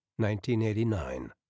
1989